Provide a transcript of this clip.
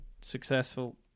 successful –